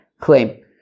claim